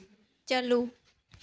ᱪᱟᱹᱞᱩ